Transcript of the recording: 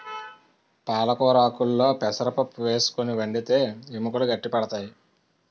పాలకొరాకుల్లో పెసరపప్పు వేసుకుని వండితే ఎముకలు గట్టి పడతాయి